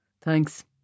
Thanks